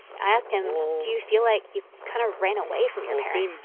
i ask him, do you feel like you kind of ran away from your parents,